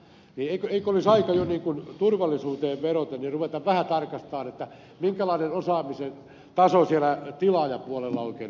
eikö olisi aika jo niin kuin turvallisuuteen vedoten ruveta vähän tarkastamaan minkälainen osaamisen taso siellä tilaajapuolella oikein on olemassa